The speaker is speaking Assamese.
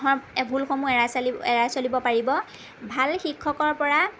ভুলসমূহ এৰাই চলিব এৰাই চলিব পাৰিব ভাল শিক্ষকৰ পৰা